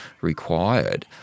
required